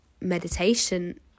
meditation